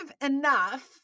enough